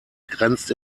grenzt